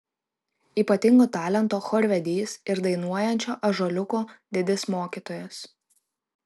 ypatingo talento chorvedys ir dainuojančio ąžuoliuko didis mokytojas